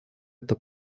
это